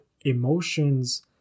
emotions